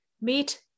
Meet